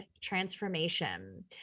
Transformation